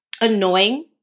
annoying